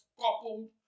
coupled